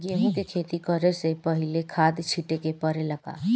गेहू के खेती करे से पहिले खाद छिटे के परेला का?